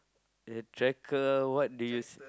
uh tracker what do you